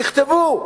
תכתבו: